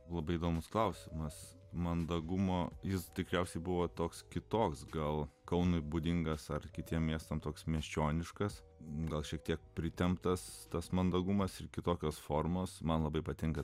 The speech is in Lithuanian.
labai įdomus klausimas mandagumo jis tikriausiai buvo toks kitoks gal kaunui būdingas ar kitiems miestams toks miesčioniškas gal šiek tiek pritemptas tas mandagumas ir kitokios formos man labai patinka